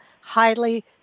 highly